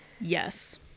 Yes